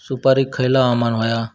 सुपरिक खयचा हवामान होया?